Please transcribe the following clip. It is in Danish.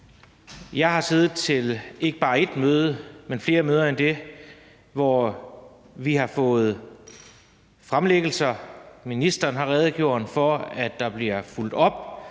Jeg har siddet til ikke bare ét møde, men flere møder end det, hvor vi har fået fremlæggelser, hvor ministeren har redegjort for, at der bliver fulgt